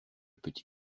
petit